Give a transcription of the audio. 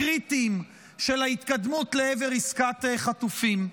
הקריטיים של ההתקדמות לעבר עסקת חטופים.